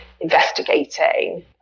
investigating